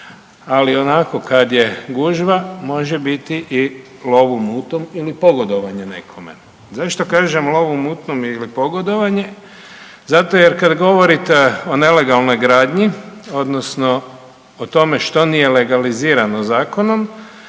ali onako kad je gužva može biti i lov u mutnom ili pogodovanje nekome. Zašto kažem lov u mutnom ili pogodovanje? Zato jer kad govorite o nelegalnoj gradnji odnosno o tome što nije legalizirano zakonom